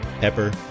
pepper